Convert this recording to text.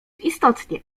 istotnie